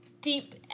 deep